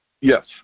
Yes